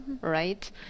right